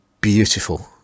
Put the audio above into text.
beautiful